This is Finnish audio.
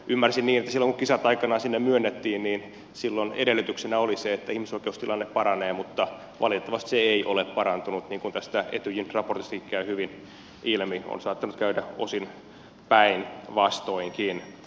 ymmärsin niin että silloin kun kisat aikanaan sinne myönnettiin edellytyksenä oli se että ihmisoikeustilanne paranee mutta valitettavasti se ei ole parantunut niin kuin tästä etyjin raportistakin käy hyvin ilmi on saattanut käydä osin päinvastoinkin